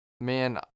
Man